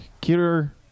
cuter